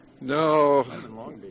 No